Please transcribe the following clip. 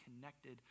connected